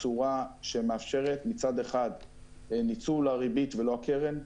בצורה שמאפשרת מצד אחד ניצול הריבית ולא הקרן,